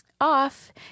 off